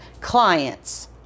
clients